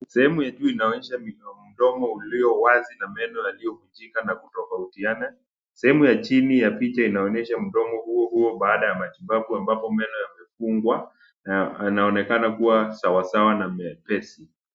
Sehemu ya juu inaonyesha mdomo ulio wazi na meno yaliyovunjika na kutofautiana. Sehemu ya chini ya picha inaonyesha mdomo huo huo baada ya matibabu ambapo meno yamefungwa na yanaonekana kuwa sawa sawa na mepesi.